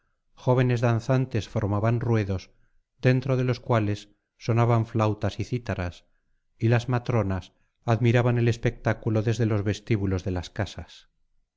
jóvenes danzantes formaban ruedos dentro de los cuales sonaban flautas y cítaras y las matronas admiraban el espectáculo desde los vestíbulos de las casas